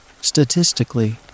statistically